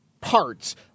parts